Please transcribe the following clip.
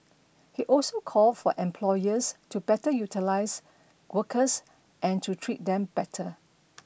he also called for employers to better utilise workers and to treat them better